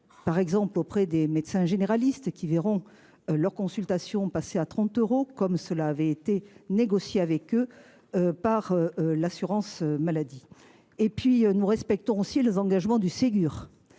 par exemple auprès des médecins généralistes, qui verront le tarif de leurs consultations passer à 30 euros, comme cela avait été négocié avec eux par l’assurance maladie. Nous respectons aussi les engagements du Ségur,